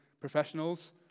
professionals